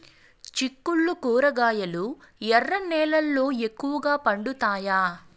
చిక్కుళ్లు కూరగాయలు ఎర్ర నేలల్లో ఎక్కువగా పండుతాయా